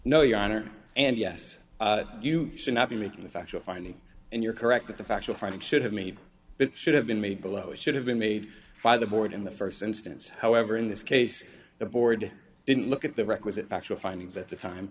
no your honor and yes you should not be making a factual finding and you're correct that the factual finding should have made it should have been made below should have been made by the board in the first instance however in this case the board didn't look at the requisite factual findings at the time